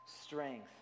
strength